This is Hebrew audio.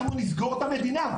אנחנו נסגור את המדינה.